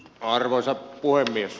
arvoisa puhemies